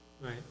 Right